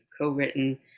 co-written